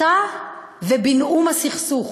הסתה ובינאום הסכסוך,